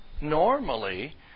normally